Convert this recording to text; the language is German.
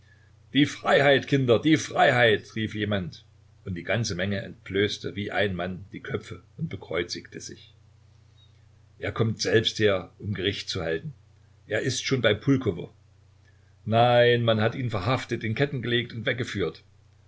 die freiheit kinder die freiheit rief jemand und die ganze menge entblößte wie ein mann die köpfe und bekreuzigte sich er kommt selbst her um gericht zu halten er ist schon bei pulkowo nein man hat ihn verhaftet in ketten gelegt und weggeführt